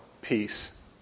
Peace